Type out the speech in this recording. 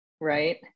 Right